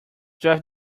drive